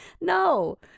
No